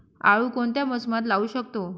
आळू कोणत्या मोसमात लावू शकतो?